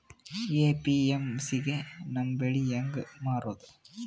APMC ಗೆ ನಮ್ಮ ಬೆಳಿ ಹೆಂಗ ಮಾರೊದ?